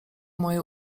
moje